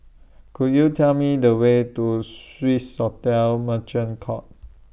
Could YOU Tell Me The Way to Swissotel Merchant Court